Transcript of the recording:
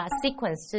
sequence